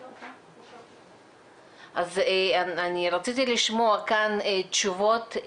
אז אני רציתי לשמוע כאן תשובות,